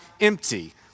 empty